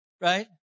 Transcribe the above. right